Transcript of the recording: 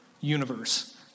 Universe